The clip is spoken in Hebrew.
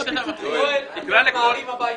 --- יואל, אתם ממהרים הביתה.